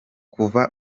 kuva